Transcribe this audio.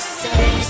say